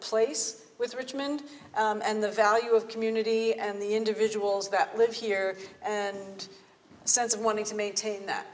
place with richmond and the value of community and the individuals that live here and sense of wanting to maintain that